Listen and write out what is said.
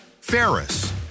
ferris